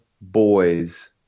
boys